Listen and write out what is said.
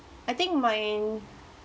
I think mine